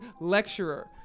Lecturer